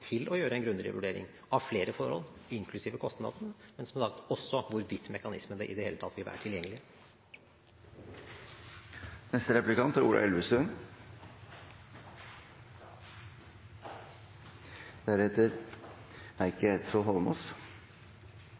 til å gjøre en grundigere vurdering av flere forhold, inklusiv kostnadene, men som sagt også hvorvidt mekanismene i det hele tatt vil være